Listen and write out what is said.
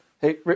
Hey